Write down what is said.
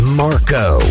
marco